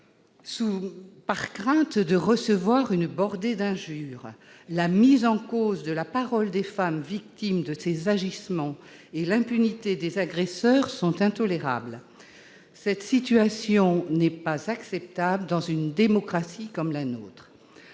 par crainte de recevoir une bordée d'injures. La mise en cause de la parole des femmes victimes de ces agissements et l'impunité des agresseurs sont intolérables. Cette situation n'est pas acceptable dans une démocratie comme la nôtre.